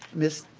ms.